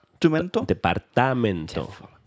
Departamento